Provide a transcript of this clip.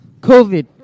COVID